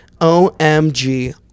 OMG